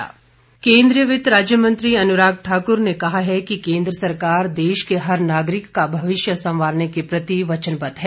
अनुराग ठाकुर केन्द्रीय वित्त राज्य मंत्री अनुराग ठाक्र ने कहा है कि केन्द्र सरकार देश के हर नागरिक का भविष्य संवारने के प्रति वचनबद्ध है